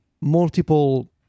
multiple